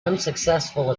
unsuccessful